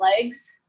legs